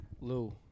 Lou